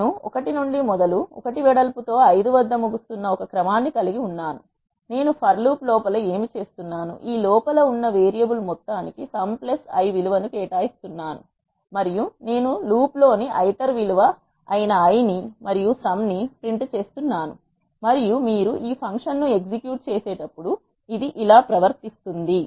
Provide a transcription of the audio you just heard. నేను 1 నుండి మొదలు 1 వెడల్పు తో 5 వద్ద ముగుస్తున్న ఒక క్రమాన్ని కలిగి ఉన్నాను నేను ఫర్ లూప్ లోపల ఏమి చేస్తున్నాను ఈ లోపల ఉన్న వేరియబుల్ మొత్తానికి సమ్ ఐ విలువను కేటాయిస్తున్నాను మరియు నేను లూప్లోని ఐటర్ విలువ అయిన i ని మరియు సమ్ ని ప్రింట్ చేస్తున్నాను మరియు మీరు ఈ ఫంక్షన్ను ఎగ్జిక్యూట్ చేసేటప్పుడు ఇది ఇలా ప్రవర్తిస్తుంది